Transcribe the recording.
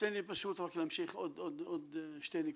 תן לי פשוט רק להמשיך עוד שתי נקודות.